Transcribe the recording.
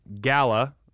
gala